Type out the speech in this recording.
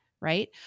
Right